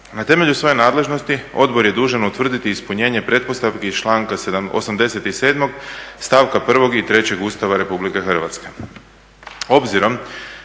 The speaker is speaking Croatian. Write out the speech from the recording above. Na temelju svoje nadležnosti odbor je dužan utvrditi ispunjenje pretpostavki iz članka 87. stavka 1. i 3. Ustava Republike Hrvatske.